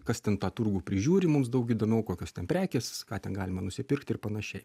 kas ten tą turgų prižiūri mums daug įdomiau kokios ten prekės ką ten galima nusipirkti ir panašiai